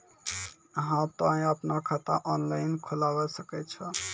हाँ तोय आपनो खाता ऑनलाइन खोलावे सकै छौ?